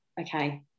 okay